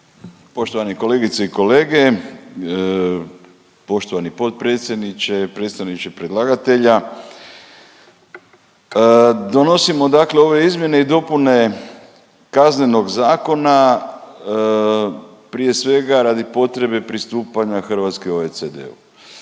Poštovane kolegice i kolege, poštovani potpredsjedniče, predstavniče predlagatelja. Donosimo dakle ove izmjene i dopune Kaznenog zakona prije svega radi potrebe pristupanja Hrvatske OECD-u.